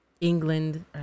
England